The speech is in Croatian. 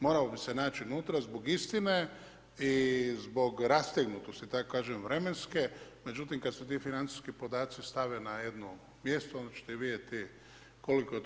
Morao bi se naći unutra zbog istine i zbog, rastegnutosti, da tako kažem vremenske, međutim, kada se ti financijski podaci stave na jedno mjesto, onda ćete vidjeti koliko je to.